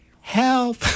help